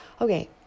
Okay